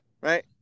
right